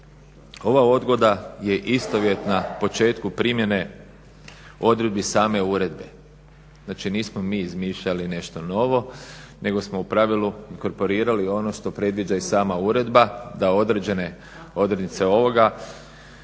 Ova odgoda je istovjetna početku primjene odredbi same uredbe. Znači, nismo mi izmišljali nešto novo, nego smo u pravilu inkorporirali ono što predviđa i sama uredba da određene odrednice ovoga